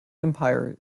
empire